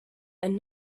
and